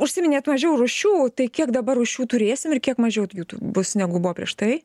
užsiminėt mažiau rūšių tai kiek dabar rūšių turėsim ir kiek mažiau jų tų bus negu buvo prieš tai